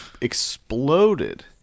exploded